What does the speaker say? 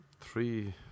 Three